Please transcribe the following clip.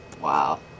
Wow